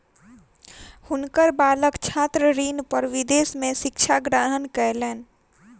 हुनकर बालक छात्र ऋण पर विदेश में शिक्षा ग्रहण कयलैन